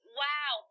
wow